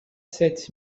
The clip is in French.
sept